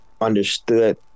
understood